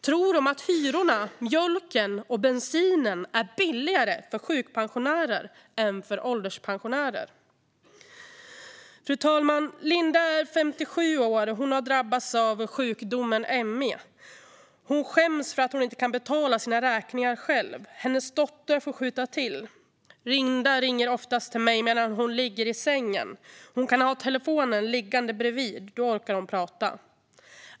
Tror de att hyrorna, mjölken och bensinen är billigare för sjukpensionärer än för ålderspensionärer? Fru talman! Linda är 57 år. Hon har drabbats av sjukdomen ME. Hon skäms för att hon inte kan betala sina räkningar själv; hennes dotter får skjuta till. Linda ringer oftast till mig medan hon ligger i sängen. Hon kan ha telefonen liggande bredvid; då orkar hon prata.